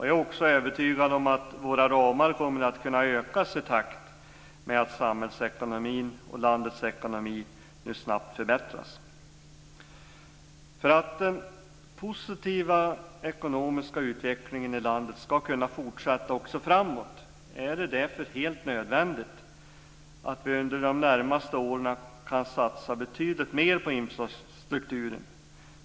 Jag är också övertygad om att våra ramar kommer att kunna ökas i takt med att samhällsekonomin och landets ekonomi nu snabbt förbättras. För att den positiva ekonomiska utvecklingen i landet ska kunna fortsätta är det nödvändigt att under de närmaste åren satsa betydligt mer på infrastrukturen.